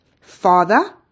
Father